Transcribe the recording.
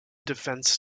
defense